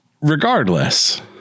regardless